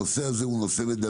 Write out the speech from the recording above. הנושא הזה הוא מדמם.